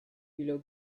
below